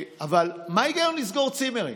אבל מה ההיגיון לסגור צימרים?